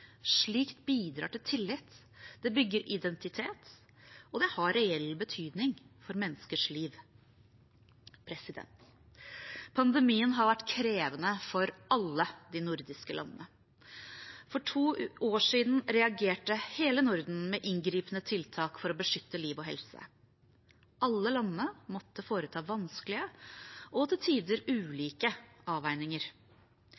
Slikt bidrar til tillit, det bygger identitet, og det har reell betydning for menneskers liv. Pandemien har vært krevende for alle de nordiske landene. For to år siden reagerte hele Norden med inngripende tiltak for å beskytte liv og helse. Alle landene måtte foreta vanskelige og til tider